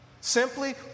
simply